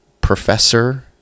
Professor